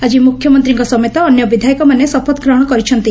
ଆକି ମୁଖ୍ୟମନ୍ତୀଙ୍କ ସମେତ ଅନ୍ୟ ବିଧାୟକମାନେ ଶପଥ ଗ୍ରହଶ କରିଛନ୍ତି